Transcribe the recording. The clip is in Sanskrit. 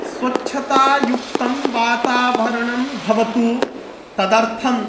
स्वच्छतायुक्तं वातावरणं भवतु तदर्थं